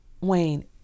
Wayne